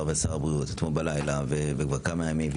ושר הבריאות אתמול בלילה וכבר כמה ימים,